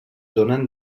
donen